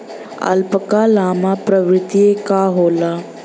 alpaca llama प्रवृत्ति क होला